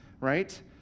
Right